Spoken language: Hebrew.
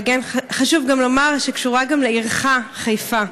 וחשוב לומר שקשור גם לעירך חיפה.